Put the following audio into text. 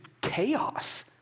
chaos